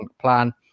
plan